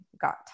got